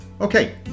okay